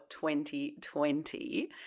2020